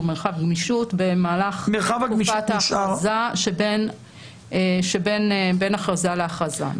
מרחב גמישות במהלך תקופת ההכרזה שבין הכרזה להכרזה.